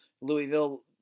Louisville